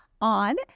on